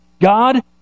God